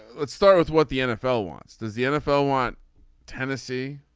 let's start with what the nfl wants. does the nfl want tennessee.